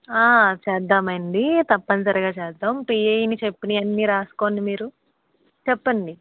చేద్దాము అండి తప్పని సరిగా చేద్దాము పిఏ అన్ని చెప్పినవి అన్నీ వ్రాసుకోండి మీరు చెప్పండి